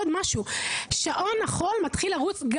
כן, את מגישה את התלונה ושעון החול מתחיל לרוץ.